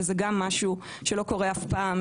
וזה גם משהו שלא קורה אף פעם,